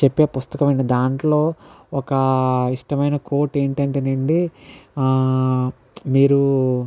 చెప్పే పుస్తకం అండి దాంట్లో ఒక ఇష్టమైన కోట్ ఏంటంటే అండి మీరు